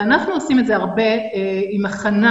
אנחנו עושים את זה הרבה עם הכנה